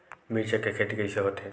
मिर्च के कइसे खेती होथे?